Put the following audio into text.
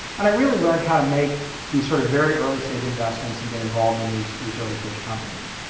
and i really learned how to make these sort of very early stage investments and get involved in these these early stage companies.